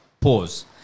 Pause